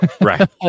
Right